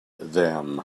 them